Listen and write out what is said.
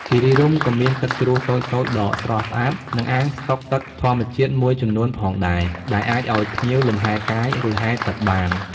គិរីរម្យក៏មានទឹកជ្រោះតូចៗដ៏ស្រស់ស្អាត និងអាងស្តុកទឹកធម្មជាតិមួយចំនួនផងដែរ ដែលអាចឲ្យភ្ញៀវលំហែកាយ ឬហែលទឹកបាន។